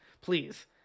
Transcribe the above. please